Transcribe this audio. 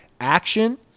Action